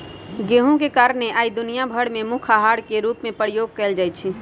गेहूम के कारणे आइ दुनिया भर में मुख्य अहार के रूप में प्रयोग कएल जाइ छइ